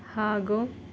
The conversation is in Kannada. ಹಾಗೂ